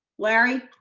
larry.